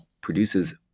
produces